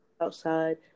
outside